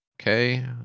Okay